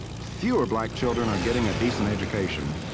fewer black children are getting a decent education.